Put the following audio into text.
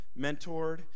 mentored